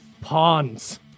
pawns